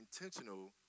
intentional